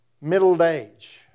middle-aged